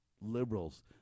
liberals